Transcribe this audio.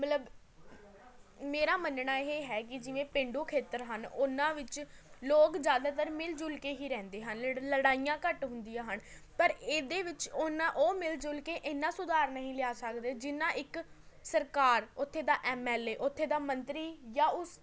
ਮੇਰਾ ਮੰਨਣਾ ਇਹ ਹੈ ਕਿ ਜਿਵੇਂ ਪੇਂਡੂ ਖੇਤਰ ਹਨ ਉਹਨਾਂ ਵਿੱਚ ਲੋਕ ਜ਼ਿਆਦਾਤਰ ਮਿਲ ਜੁਲ ਕੇ ਹੀ ਰਹਿੰਦੇ ਹਨ ਲੜ ਲੜਾਈਆਂ ਘੱਟ ਹੁੰਦੀਆਂ ਹਨ ਪਰ ਇਹਦੇ ਵਿੱਚ ਉਹਨਾਂ ਓਹ ਮਿਲ ਜੁਲ ਕੇ ਇੰਨਾਂ ਸੁਧਾਰ ਨਹੀਂ ਲਿਆ ਸਕਦੇ ਜਿੰਨਾਂ ਇੱਕ ਸਰਕਾਰ ਉੱਥੇ ਦਾ ਐਮ ਐਲ ਏ ਉੱਥੇ ਦਾ ਮੰਤਰੀ ਜਾਂ ਉਸ